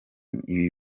ibi